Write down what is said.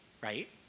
right